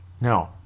no